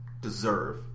deserve